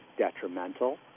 detrimental